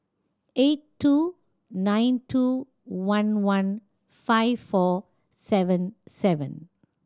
eight two nine two one one five four seven seven